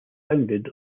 founded